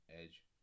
Edge